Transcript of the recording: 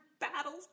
battles